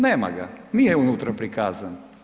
Nema ga, nije unutra prikazana.